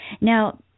Now